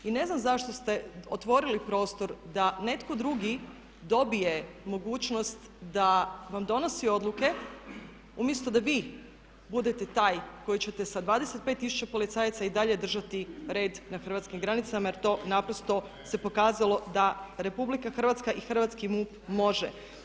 I ne znam zašto ste otvorili prostor da netko drugi dobije mogućnost da vam donosi odluke umjesto da vi budete taj koji ćete sa 25 tisuća policajaca i dalje držati red na hrvatskim granicama jer to naprosto se pokazalo da RH i hrvatski MUP može.